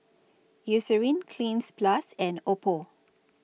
Eucerin Cleanz Plus and Oppo